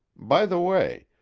by the way,